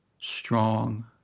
strong